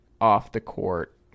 off-the-court